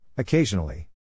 Occasionally